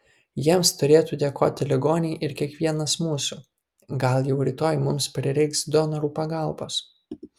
jiems turėtų dėkoti ligoniai ir kiekvienas mūsų gal jau rytoj mums prireiks donorų pagalbos